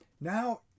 Now